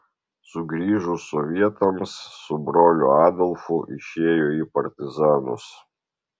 sugrįžus sovietams su broliu adolfu išėjo į partizanus